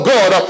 God